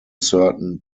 certain